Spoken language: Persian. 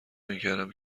نمیکردم